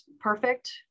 perfect